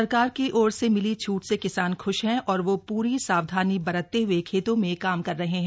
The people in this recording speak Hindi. सरकार की ओर से मिली छ्ट से किसान ख्श हैं और वो प्री सावधानी बरतते हए खेतों में काम कर रहे हैं